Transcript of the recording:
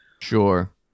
Sure